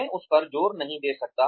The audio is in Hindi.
मैं उस पर जोर नहीं दे सकता